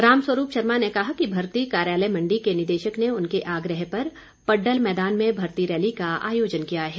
राम स्वरूप शर्मा ने कहा कि भर्ती कार्यालय मंडी के निदेशक ने उनके आग्रह पर पड्डल मैदान में भर्ती रैली का आयोजन किया है